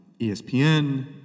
ESPN